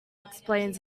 explained